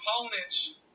components